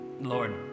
Lord